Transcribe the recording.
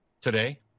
Today